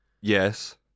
yes